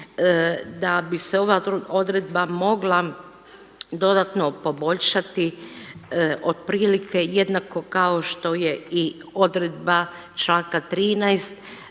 da bi se ova odredba mogla dodatno poboljšati otprilike jednako kao što je i odredba članka 13.